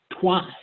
twice